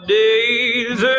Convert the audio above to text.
days